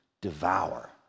devour